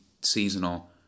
seasonal